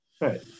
right